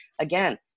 again